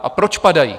A proč padají?